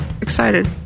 excited